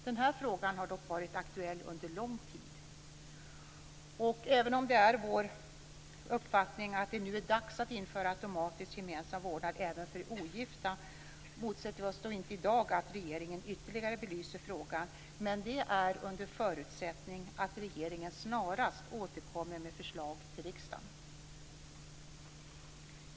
Den här frågan har varit aktuell under lång tid. Även om vår uppfattning är att det nu är dags att införa automatisk gemensam vårdnad även för ogifta, motsätter vi oss inte i dag att regeringen ytterligare belyser frågan. Men det är under förutsättning att regeringen snarast återkommer med förslag till riksdagen.